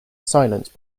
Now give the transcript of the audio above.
silence